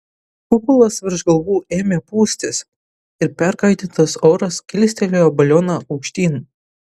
kupolas virš galvų ėmė pūstis ir perkaitintas oras kilstelėjo balioną aukštyn